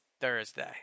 Thursday